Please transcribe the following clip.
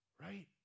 Right